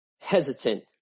hesitant